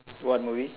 what movie